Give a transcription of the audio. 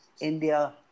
India